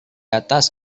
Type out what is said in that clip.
atas